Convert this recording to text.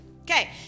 Okay